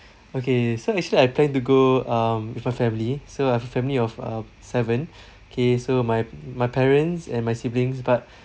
okay so actually I plan to go um with my family so I have a family of uh seven okay so my my parents and my siblings but